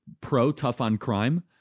pro-tough-on-crime